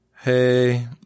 hey